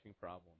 problem